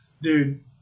dude